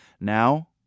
Now